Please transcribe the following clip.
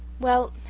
well,